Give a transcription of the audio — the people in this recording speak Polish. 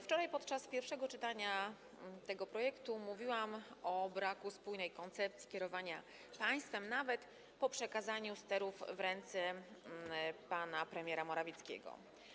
Wczoraj podczas pierwszego czytania tego projektu mówiłam o braku spójnej koncepcji kierowania państwem nawet po przekazaniu sterów w ręce pana premiera Morawieckiego.